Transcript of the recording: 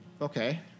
Okay